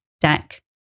deck